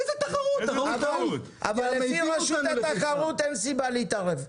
איזה תחרות?! אבל לפי רשות התחרות אין סיבה להתערב?